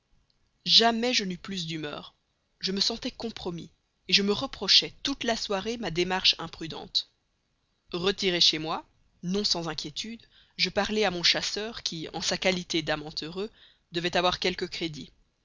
jamais je n'eus plus d'humeur je me sentais compromis je me reprochais toute la soirée ma démarche imprudente retiré chez moi non sans inquiétude je parlai à mon chasseur qui en sa qualité d'amant heureux devait avoir quelque crédit